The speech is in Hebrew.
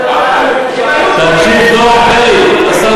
תקשיב טוב, השר